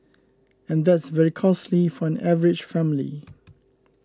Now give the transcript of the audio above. and that's very costly for an average family